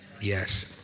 Yes